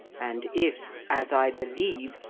and if, as i believe,